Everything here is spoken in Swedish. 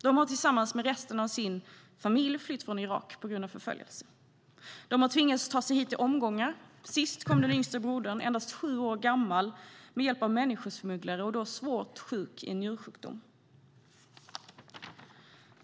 De har tillsammans med resten av sin familj flytt från Irak på grund av förföljelse. De har tvingats ta sig hit i omgångar. Sist kom den yngste brodern, endast sju år gammal, med hjälp av människosmugglare, och då svårt sjuk i en njursjukdom.